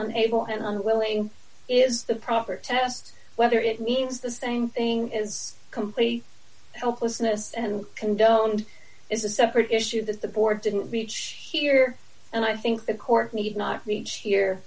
unable and unwilling is the proper test whether it means the same thing is completely helplessness and condoned is a separate issue that the board didn't reach here and i think the court need not reach here